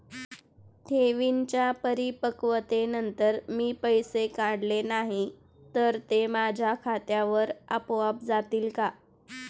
ठेवींच्या परिपक्वतेनंतर मी पैसे काढले नाही तर ते माझ्या खात्यावर आपोआप जातील का?